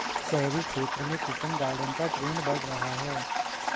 शहरी क्षेत्र में किचन गार्डन का ट्रेंड बढ़ रहा है